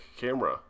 camera